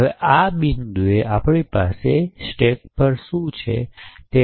હવે આ બિંદુએ આપણે સ્ટેક પર શું છે તે જોશું